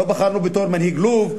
לא בחרנו בתור מנהיג לוב,